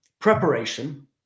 preparation